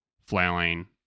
flailing